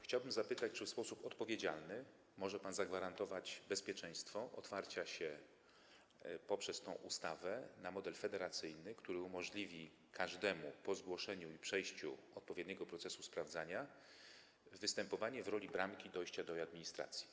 Chciałbym zapytać, czy w sposób odpowiedzialny może pan zagwarantować bezpieczeństwo otwarcia się poprzez tę ustawę na model federacyjny, który umożliwi każdemu - po zgłoszeniu i przejściu odpowiedniego procesu sprawdzania - występowanie w roli bramki, dojścia do e-administracji.